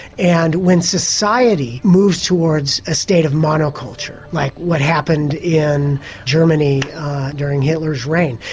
and when society moves towards a state of monoculture, like what happened in germany during hitler's reign,